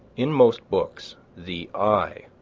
in most books, the i,